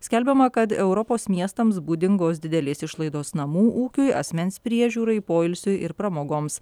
skelbiama kad europos miestams būdingos didelės išlaidos namų ūkiui asmens priežiūrai poilsiui ir pramogoms